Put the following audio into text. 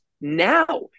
now